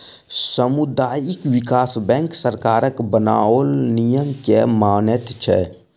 सामुदायिक विकास बैंक सरकारक बनाओल नियम के मानैत छै